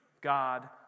God